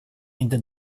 inte